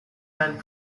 and